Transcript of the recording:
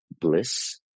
bliss